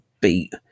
beat